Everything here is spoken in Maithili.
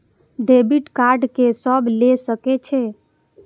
डेबिट कार्ड के सब ले सके छै?